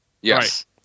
Yes